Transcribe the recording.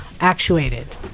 actuated